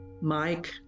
Mike